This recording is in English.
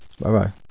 Bye-bye